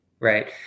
Right